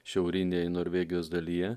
šiaurinėj norvegijos dalyje